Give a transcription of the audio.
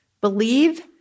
believe